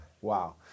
Wow